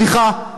סליחה,